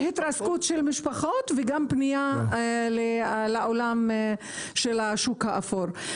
והתרסקות של משפחות, או פנייה לעולם השוק האפור.